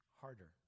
harder